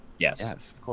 Yes